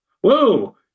whoa